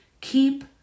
Keep